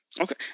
Okay